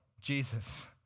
Jesus